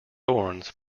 thorns